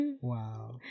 Wow